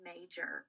major